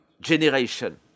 generation